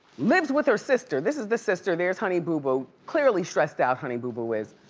lives with her sister. this is the sister, there's honey boo boo, clearly stressed out honey boo boo is,